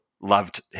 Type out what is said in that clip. loved